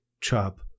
chop